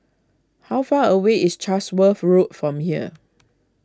how far away is Chatsworth Road from here